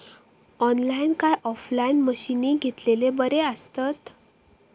Online काय offline मशीनी घेतलेले बरे आसतात?